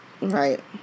Right